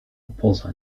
poza